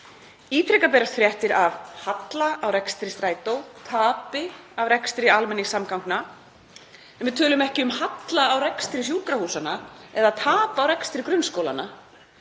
Ítrekað berast fréttir af halla á rekstri Strætó, tapi af rekstri almenningssamgangna, en við tölum ekki um halla á rekstri sjúkrahúsanna eða tap á rekstri grunnskólanna.